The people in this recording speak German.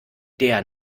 der